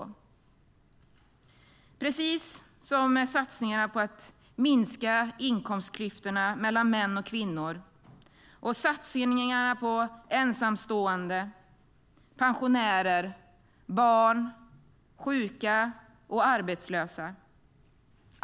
Det är likadant som för satsningarna på att minska inkomstklyftorna mellan män och kvinnor och satsningarna på ensamstående, pensionärer, barn, sjuka och arbetslösa.